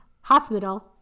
hospital